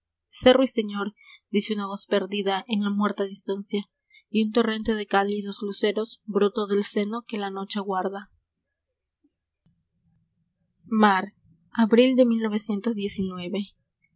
sé ruiseñor dice una voz perdida n la muerta distancia un torrente de cálidos luceros r tó del seno que la noche guarda